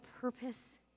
purpose